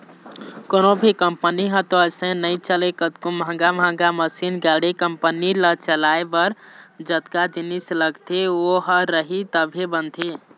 कोनो भी कंपनी ह तो अइसने नइ चलय कतको महंगा महंगा मसीन, गाड़ी, कंपनी ल चलाए बर जतका जिनिस लगथे ओ ह रही तभे बनथे